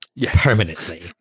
permanently